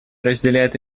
разделяет